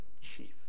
chief